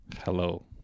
hello